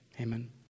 Amen